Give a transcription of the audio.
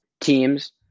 teams